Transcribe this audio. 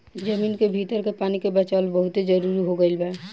जमीन के भीतर के पानी के बचावल बहुते जरुरी हो गईल बा